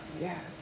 Yes